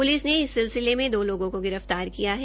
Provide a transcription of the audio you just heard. police ने इस सिलसिले में दो लोगों को गिरफ्तार किया है